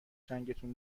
چنگتون